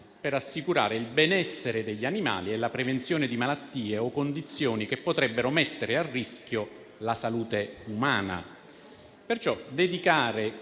per assicurare il benessere degli animali e la prevenzione di malattie o condizioni che potrebbero mettere a rischio la salute umana.